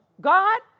God